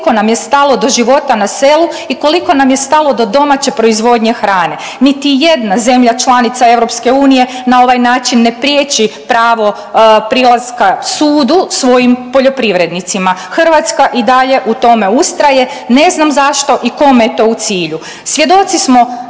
koliko nam je stalo do života na selu i koliko nam je stalo do domaće proizvodnje hrane. Niti jedna zemlja članica EU na ovaj način ne priječi pravo prilaska sudu svojim poljoprivrednicima, Hrvatska i dalje u tome ustraje, ne znam zašto i kome je to u cilju.